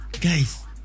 Guys